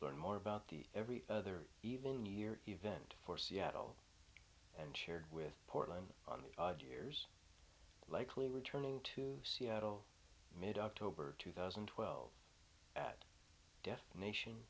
learn more about the every other even year event for seattle and share with portland on the odd years likely returning to seattle mid october two thousand and twelve at destination